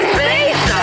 Space